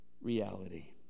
reality